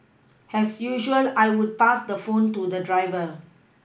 has usual I would pass the phone to the driver